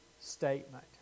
statement